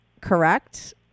correct